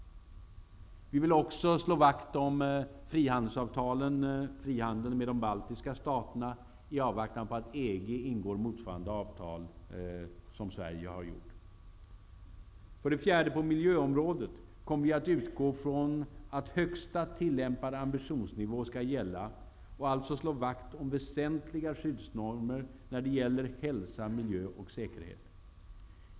Vi vill också slå vakt om vår frihandel med de baltiska staterna i avvaktan på att EG ingår motsvarande frihandelsavtal som Sverige ingått. För det fjärde: På miljöområdet kommer vi att utgå från att högsta tillämpade ambitionsnivå skall gälla och alltså slå vakt om väsentliga skyddsnormer när det gäller hälsa, miljö och säkerhet.